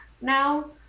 now